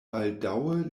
baldaŭe